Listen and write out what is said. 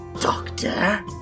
Doctor